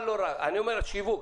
אני אומר על שיווק.